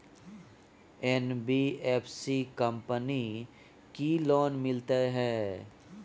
NBFC company की loan मिलते है?